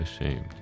Ashamed